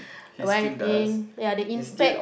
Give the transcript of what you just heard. ya the impact